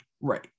right